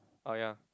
orh ya